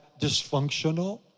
dysfunctional